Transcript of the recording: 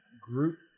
group